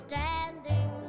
Standing